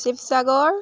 Sivasagar